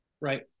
Right